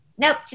Nope